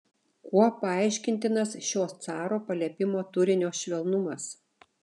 kuo paaiškintinas šio caro paliepimo turinio švelnumas